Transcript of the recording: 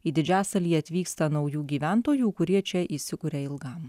į didžiasalį atvyksta naujų gyventojų kurie čia įsikuria ilgam